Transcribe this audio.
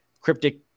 cryptic